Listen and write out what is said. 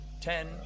ten